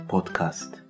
Podcast